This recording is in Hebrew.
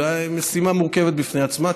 זו משימה מורכבת בפני עצמה.